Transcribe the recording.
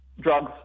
drugs